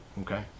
Okay